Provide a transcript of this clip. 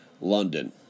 London